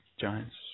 Giants